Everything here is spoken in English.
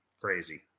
crazy